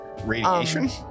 Radiation